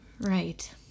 right